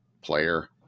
player